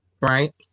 right